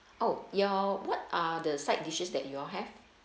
oh your what are the side dishes that you all have